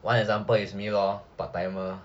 one example is me lor part timer